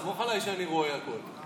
סמוך עליי שאני רואה הכול.